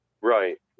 Right